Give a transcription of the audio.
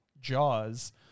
Jaws